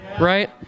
right